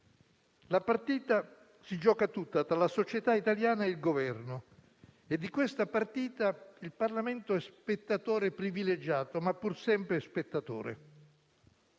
La partita si gioca tutta tra la società italiana e il Governo e di questa partita il Parlamento è spettatore privilegiato, ma pur sempre spettatore.